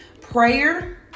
prayer